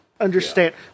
understand